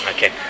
Okay